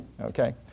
okay